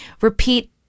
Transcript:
repeat